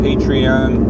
Patreon